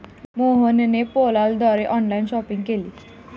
मोहनने पेपाल द्वारे online shopping केली